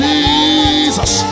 Jesus